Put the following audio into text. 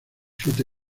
siete